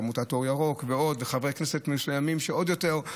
את עמותת אור ירוק וחברי כנסת מסוימים שמציינים